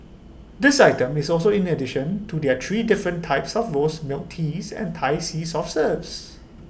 this item is also in addition to their three different types of rose milk teas and Thai sea soft serves